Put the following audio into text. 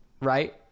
right